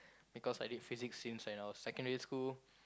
because I did physics since when I was secondary school